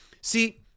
see